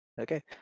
okay